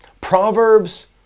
Proverbs